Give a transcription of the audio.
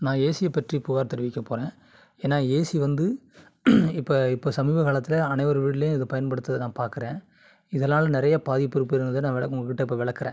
நான் ஏசியை பற்றி புகார் தெரிவிக்கப் போறேன் ஏன்னா ஏசி வந்து இப்போ இப்போ சமீப காலத்தில் அனைவர் வீட்டிலையும் இத பயன்படுத்துகிறத நான் பார்க்குறேன் இதனால் நிறைய பாதிப்பு இருப்பதனால தான் நான் வௌ உங்கக்கிட்ட இப்போ விளக்குறேன்